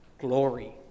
glory